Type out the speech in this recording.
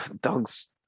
dogs